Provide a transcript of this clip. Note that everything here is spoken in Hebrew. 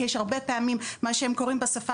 כי יש הרבה פעמים מה שהם קוראים בשפה